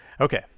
Okay